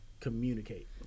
communicate